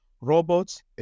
robots